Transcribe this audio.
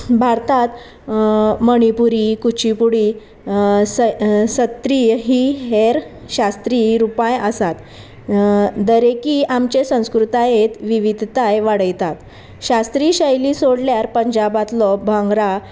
भारतांत मणिपुरी कुचीपुडी सत्रीय ही हेर शास्त्रीय रुपाय आसात दरेकी आमचे संस्कृतायेंत विविधताय वाडयतात शास्त्रीय शैली सोडल्यार पंजाबातलो भांगराा